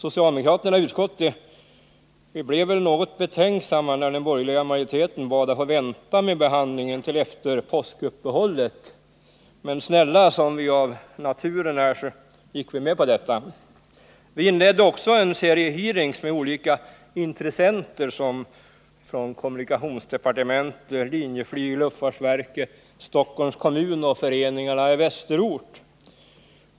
Socialdemokraterna i utskottet blev väl något betänksamma när den borgerliga majoriteten bad att få vänta med behandlingen till efter påskuppehållet. Men snälla som vi av naturen är gick vi med på detta. Vi inledde också en serie hearings med olika intressenter som kommunikationsdepartementet, Linjeflyg, luftfartsverket, Stockholms kommun och föreningarna i västerort.